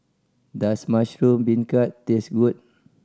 does mushroom beancurd taste good